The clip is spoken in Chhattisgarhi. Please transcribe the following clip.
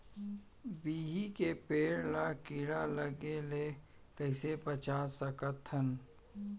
बिही के पेड़ ला कीड़ा लगे ले कइसे बचा सकथन?